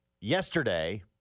yesterday